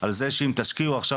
על זה שאם תשקיעו עכשיו,